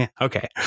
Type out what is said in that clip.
Okay